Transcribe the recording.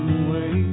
away